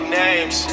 names